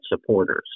supporters